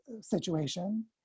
situation